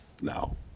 No